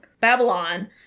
Babylon